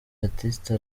batista